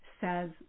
says